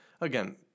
again